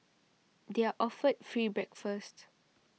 they are offered free breakfast